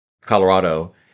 Colorado